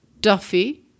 Duffy